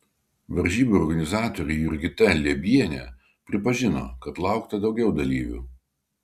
varžybų organizatorė jurgita liebienė pripažino kad laukta daugiau dalyvių